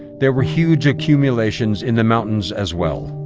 there were huge accumulations in the mountains as well.